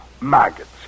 Maggots